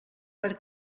per